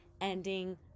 ending